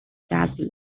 dazzled